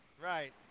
Right